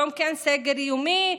יום כן סגר יומי,